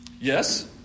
Yes